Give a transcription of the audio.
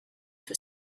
for